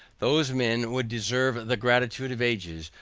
those men would deserve the gratitude of ages,